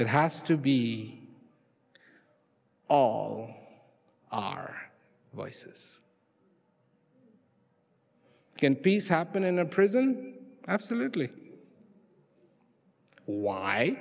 it has to be all our voices can peace happen in a prison absolutely why